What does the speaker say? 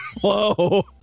Whoa